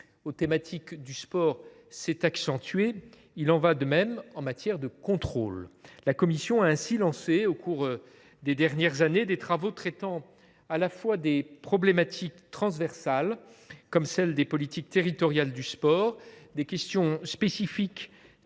aux thématiques du sport s’est accrue, il en va de même en matière de contrôle. La commission a ainsi lancé, au cours des dernières années, des travaux traitant à la fois de problématiques transversales, comme celle des politiques territoriales du sport, de questions spécifiques,